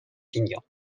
pignon